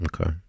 Okay